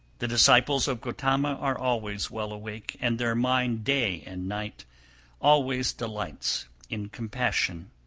the disciples of gotama are always well awake, and their mind day and night always delights in compassion.